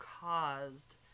caused